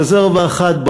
רזרבה אחת,